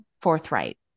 forthright